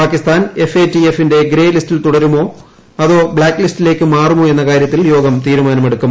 Pakistan F A T എഫിന്റെ grey ലിസ്റ്റിൽ തുടരുമോ അതോ ബ്ലാക്ക് ലിസ്റ്റിലേക്ക് മാറുമോ എന്ന കാര്യത്തിൽ യോഗം തീരുമാനമെടുക്കും